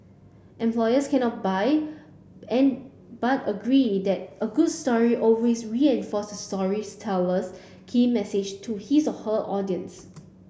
employers cannot buy and but agree that a good story always reinforces the key message to his or her audience